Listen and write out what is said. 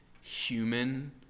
human